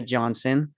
Johnson